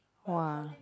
!wah!